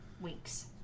weeks